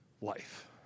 life